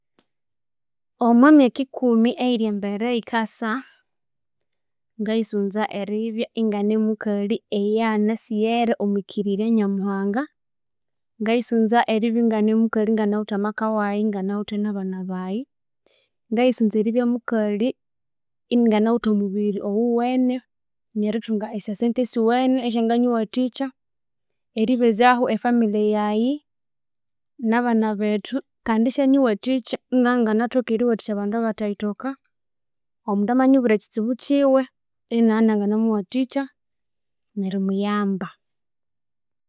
Omwa myaka ikumi eyiri embere eyikasa ngayisunza eribya ingane mukalhi oyu nasaghire omwikirirya nyamuhanga ngayisunza eribya inga ne mukalhi ingana withe amaka waghe inganawithe nabana baghe ngayisunza eribya mukalhi inganawithe omubiri owuwene nerithunga esya sente siwene esyanganyiwathikya eribezyaho e family yethu nabana bethu kandi ishanyiwathiky ingabya inanginathoka eriwathikya abandu athighithokaomumdu amambwira ekitsibu kiwe ingabya inanginamuwathikya neri muyamba.